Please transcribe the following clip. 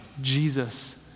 Jesus